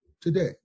today